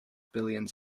billions